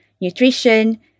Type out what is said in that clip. nutrition